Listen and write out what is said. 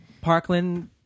Parkland